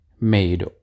made